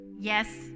yes